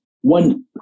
One